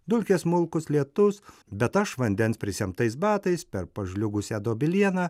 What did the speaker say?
dulkė smulkus lietus bet aš vandens prisemtais batais per pažliugusią dobilieną